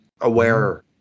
aware